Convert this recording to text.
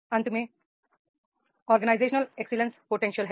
अंतिम भाग organisation excellence potential है